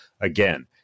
again